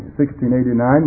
1689